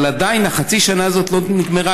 אבל עדיין חצי השנה הזאת לא נגמרה.